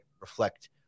reflect